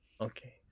Okay